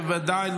בוודאי,